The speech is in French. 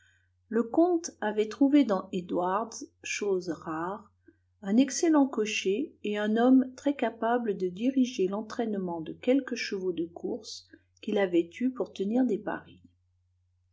le vicomte avait trouvé dans edwards chose rare un excellent cocher et un homme très-capable de diriger l'entraînement de quelques chevaux de course qu'il avait eus pour tenir des paris